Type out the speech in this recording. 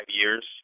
years